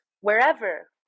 wherever